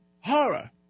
horror